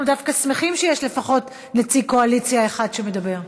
אנחנו דווקא שמחים שיש לפחות נציג קואליציה אחד שמדבר.